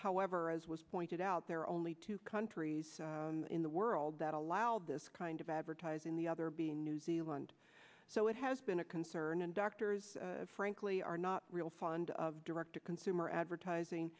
however as was pointed out there are only two countries in the world that allow this kind of advertising the other being new zealand so it has been a concern and doctors frankly are not real fond of direct to consumer advertising